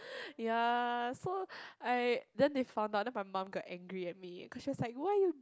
ya so I then they found out then my mom got angry at me cause she was like why you